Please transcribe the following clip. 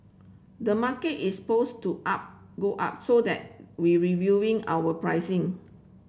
the market is poised to up go up so that we reviewing our pricing